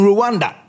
Rwanda